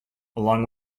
along